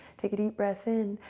take a deep breath in,